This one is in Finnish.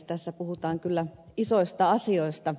tässä puhutaan kyllä isoista asioista